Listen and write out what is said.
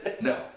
No